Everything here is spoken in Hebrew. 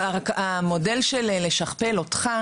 רק שהמודל של לשכפל אותך,